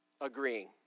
Agreeing